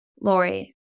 Lori